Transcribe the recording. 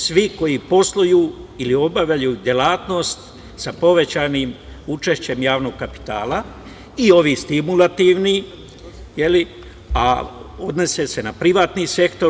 Svi koji posluju ili obavljaju delatnost sa povećanim učešćem javnog kapitala i ovi stimulativni, a odnose se na privatni sektor.